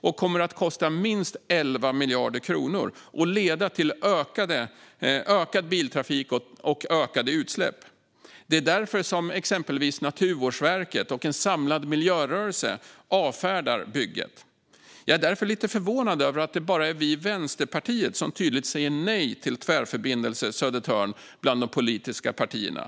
Den kommer att kosta minst 11 miljarder kronor och leda till ökad biltrafik och ökade utsläpp. Det är därför exempelvis Naturvårdsverket och en samlad miljörörelse avfärdar bygget. Jag är lite förvånad över att det bara är vi i Vänsterpartiet som tydligt säger nej till Tvärförbindelse Södertörn bland de politiska partierna.